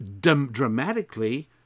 dramatically